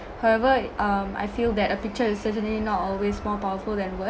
however um I feel that a picture is certainly not always more powerful than words